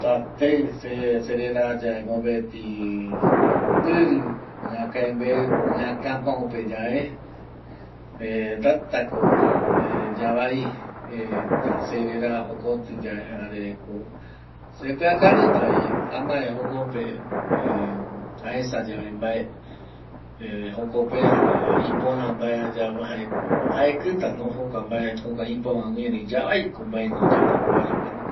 Tateɨ se serera yae mopet mombiri iaka embei o iakapau pe yave tata ko yavai ta serera jokotiyae jare ko sepiakañita vi amae jokope aesa yave mbae jokope jare ipora mbae ayapo jaeko aekita no jokua mbae jokua ipau a gui erei yavai ko mbae re yapoko vaera jokua nunga pei